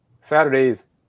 Saturdays